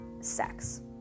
sex